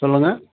சொல்லுங்க